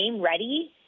ready